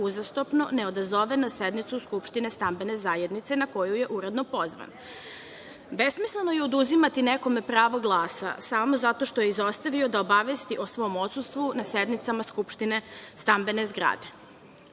uzastopno ne odazove na sednicu skupštine stambene zajednice na koju je uredno pozvan. Besmisleno je oduzimati nekome pravo glasa samo zato što je izostavio da obavesti o svom odsustvu na sednicama skupštine stambene zgrade.